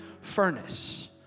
furnace